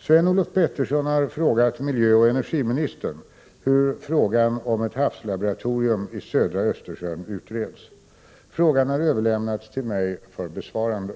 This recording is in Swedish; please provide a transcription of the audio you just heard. Sven-Olof Petersson har frågat miljöoch energiministern hur frågan om ett havslaboratorium i södra Östersjön utreds. Frågan har överlämnats till mig för besvarande.